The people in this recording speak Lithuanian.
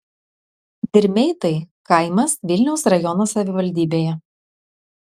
dirmeitai kaimas vilniaus rajono savivaldybėje